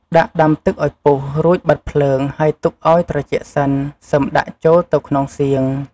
ដាក់ដាំទឹកឱ្យពុះរួច បិទភ្លើង ហើយទុកឱ្យត្រជាក់សិន សឹមដាក់ចូលទៅក្នុងសៀង។